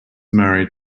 married